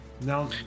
Now